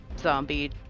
zombie